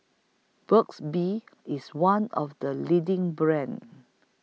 Burt's Bee IS one of The leading brands